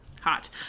hot